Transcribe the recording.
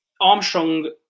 Armstrong